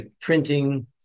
printing